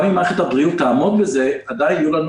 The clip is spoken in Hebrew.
גם אם מערכת הבריאות תעמוד בזה עדיין תהיה לנו